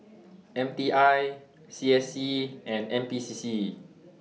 M T I C S C and N P C C